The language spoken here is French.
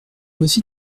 voici